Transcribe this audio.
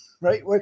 right